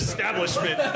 Establishment